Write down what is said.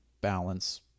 balance